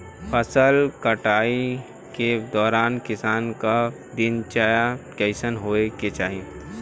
फसल कटाई के दौरान किसान क दिनचर्या कईसन होखे के चाही?